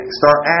start